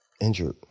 injured